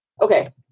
Okay